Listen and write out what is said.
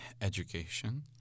education